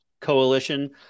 coalition